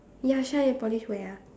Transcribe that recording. ya shine and polish where ah